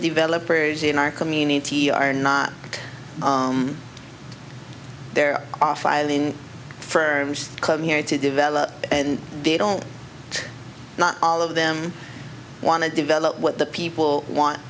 developers in our community are not there are filing firms come here to develop and they don't not all of them want to develop what the people want